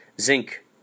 Zinc